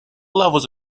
levels